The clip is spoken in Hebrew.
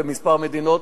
בכמה מדינות,